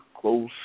close